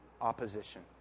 opposition